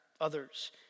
others